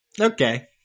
Okay